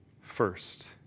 first